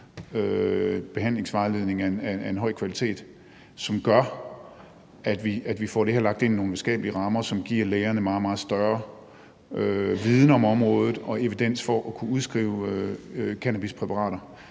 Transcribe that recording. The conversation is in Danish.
behandlingsvejledning af en høj kvalitet, som gør, at vi får det her lagt ind i nogle videnskabelige rammer, som giver lægerne meget, meget større viden om området og evidens for at kunne udskrive cannabispræparater,